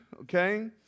okay